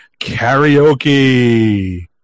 karaoke